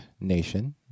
nation